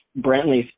Brantley